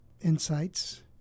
insights